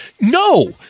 no